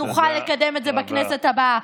נוכל לקדם את זה בכנסת הבאה.